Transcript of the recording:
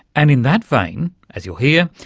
and in that vein, as you'll hear,